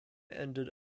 ended